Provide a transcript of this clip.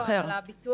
לא, אבל הביטוח,